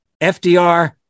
FDR